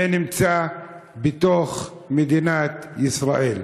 זה נמצא בתוך מדינת ישראל.